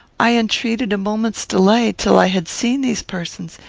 i entreated a moment's delay, till i had seen these persons,